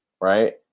right